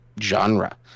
genre